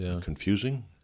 confusing